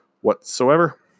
whatsoever